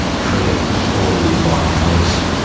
treated appallingly by police,